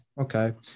Okay